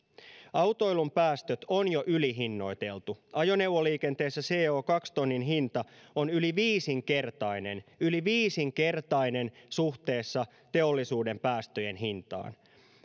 autoilun päästöt on jo ylihinnoiteltu ajoneuvoliikenteessä co tonnin hinta on yli viisinkertainen yli viisinkertainen suhteessa teollisuuden päästöjen hintaan